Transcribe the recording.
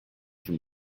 from